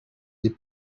des